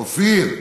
אופיר,